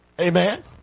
Amen